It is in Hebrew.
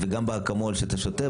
גם באקמול שאתה שותה,